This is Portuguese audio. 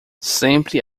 sempre